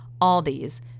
Aldi's